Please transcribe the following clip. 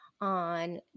on